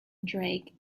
drake